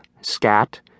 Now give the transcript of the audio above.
scat